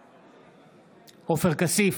נגד עופר כסיף,